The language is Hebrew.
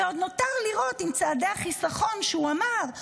ועוד נותר לראות אם צעדי החיסכון שהוא אמר,